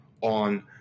on